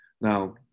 Now